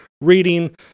reading